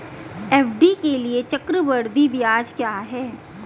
FD के लिए चक्रवृद्धि ब्याज क्या है?